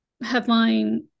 headline